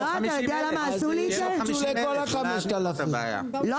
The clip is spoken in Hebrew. שיהיו בו 50,000. --- אתה יודע למה עשו לי את זה?